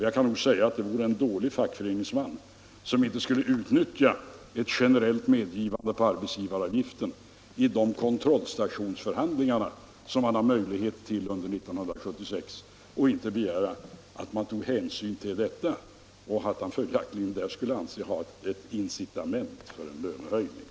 Jag kan nog säga att det vore en dålig fackföreningsman som inte skulle utnyttja ett generellt medgivande på arbetsgivaravgiften i de kontrollstationsförhandlingar som han har möjlighet till under 1976 och begära att man tog hänsyn till detta. Han skulle följaktligen där anse sig ha ett incitament för en lönehöjning.